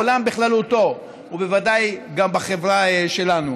בעולם בכללותו, ובוודאי גם בחברה שלנו.